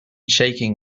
shaking